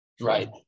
Right